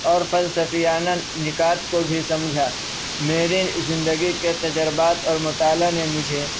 اور فلسفیانہ نکات کو بھی سمجھا میرے زندگی کے تجربات اور مطالعہ نے مجھے